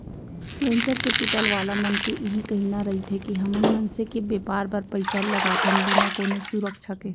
venture capital वाला मन के इही कहिना रहिथे के हमन मनसे के बेपार बर पइसा लगाथन बिना कोनो सुरक्छा के